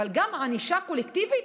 אבל גם ענישה קולקטיבית?